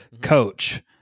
coach